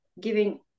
giving